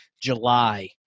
July